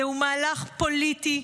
זהו מהלך פוליטי,